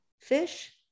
fish